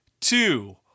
two